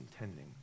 intending